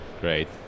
Great